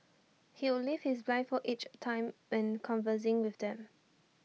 he would lift his blindfold each time when conversing with them